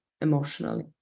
emotionally